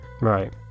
Right